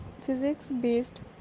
physics-based